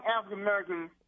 African-American